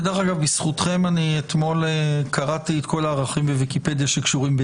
יש כמה הערות שבעיקרן נוסח,